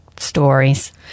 stories